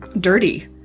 dirty